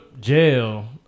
jail